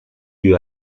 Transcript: you